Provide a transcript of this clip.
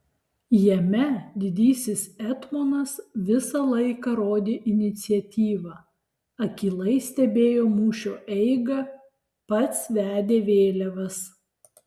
jame didysis etmonas visą laiką rodė iniciatyvą akylai stebėjo mūšio eigą pats vedė vėliavas